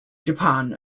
japan